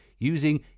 using